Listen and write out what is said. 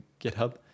GitHub